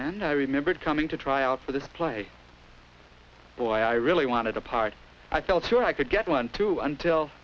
and i remembered coming to try out for this play why i really wanted a part i felt sure i could get one too until